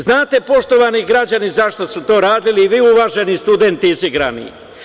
Znate, poštovani građani, zašto su to radili, i vi uvaženi studenti, izigrani?